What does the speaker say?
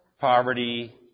poverty